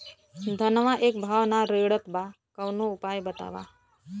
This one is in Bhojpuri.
धनवा एक भाव ना रेड़त बा कवनो उपाय बतावा?